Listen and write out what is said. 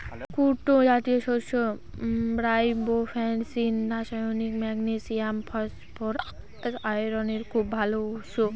কুট্টু জাতীয় শস্য riboflavin, niacin, magnesium, phosphorus, আয়রনের খুব ভাল উৎস